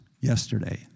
yesterday